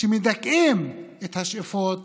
שמדכאים את השאיפות